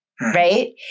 Right